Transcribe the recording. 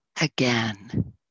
again